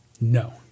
No